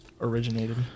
originated